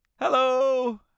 Hello